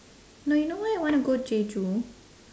no you know why I wanna go jeju